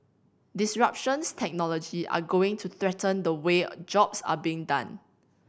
disruptions technology are going to threaten the way jobs are being done